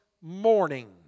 morning